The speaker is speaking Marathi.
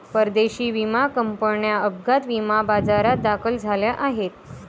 परदेशी विमा कंपन्या अपघात विमा बाजारात दाखल झाल्या आहेत